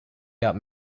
got